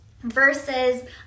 versus